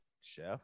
Chef